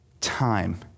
time